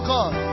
God